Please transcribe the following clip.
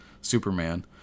Superman